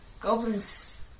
Goblins